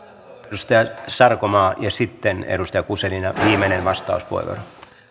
edustaja sarkomaa ja sitten edustaja guzeninan viimeinen vastauspuheenvuoro